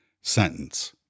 sentence